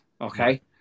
Okay